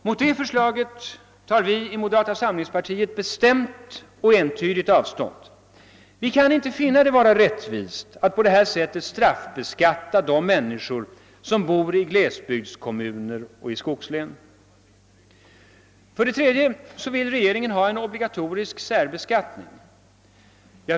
Från det förslaget tar vi i moderata samlingspartiet bestämt och entydigt avstånd. Vi kan inte finna det rättvist att på detta sätt straffbeskatta de människor som bor i glesbygdskommuner och i skogslänen. För de tredje vill regeringen ha en obligatorisk särbeskattning.